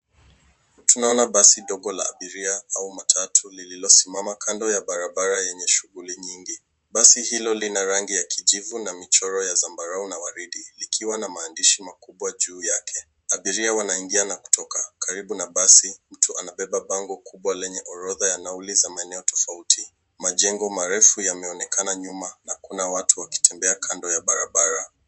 Tunaona basi ndogo la abiria au matatu lililosimama kando ya barabara yenye shughuli nyingi. Basi hilo lina rangi ya kijivu na michoro ya zambarau na waridi likiwa maandishi makubwa juu yake. Abiria wanaingia na kutoka. Karibu na basi mtu anabeba bango kubwa lenye orodha ya nauli ya maeneo tofauti. Majengo marefu yameonekana nyuma na watu wameonekana wakitembea kando ya barabara.